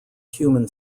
human